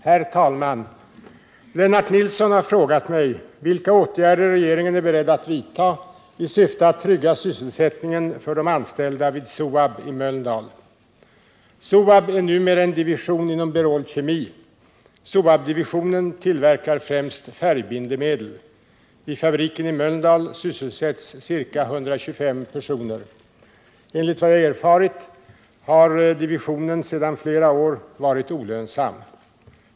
Herr talman! Lennart Nilsson har frågat mig vilka åtgärder regeringen är beredd att vidta i syfte att trygga sysselsättningen för de anställda vid SOAB i Mölndal. SOA Bär numera en division inom Berol Kemi. SOAB-divisionen tillverkar främst färgbindemedel. Vid fabriken i Mölndal sysselsätts ca 125 personer. Enligt vad jag erfarit har divisionen sedan flera år tillbaka varit olönsam.